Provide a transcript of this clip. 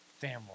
family